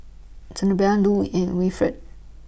Zenobia Lue and Wilfred